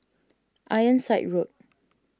Ironside Road